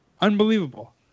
Unbelievable